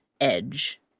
edge